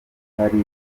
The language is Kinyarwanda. hari